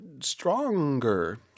stronger